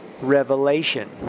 revelation